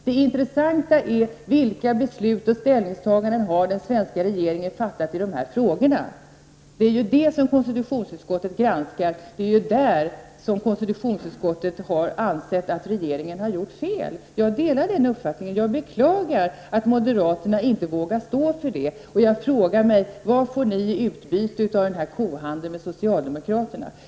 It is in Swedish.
Det intressanta är vilka beslut och ställningstaganden som den svenska regeringen har fattat i dessa frågor. Det är det som konstitutionsutskottet granskar, och det är där som konstitutionsutskottet har ansett att regeringen har gjort fel. Jag delar den uppfattningen, och jag beklagar att moderaterna inte vågar stå för det. Jag frågar mig vad ni får i utbyte av denna kohandel med socialdemokraterna.